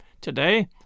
Today